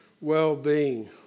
well-being